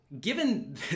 Given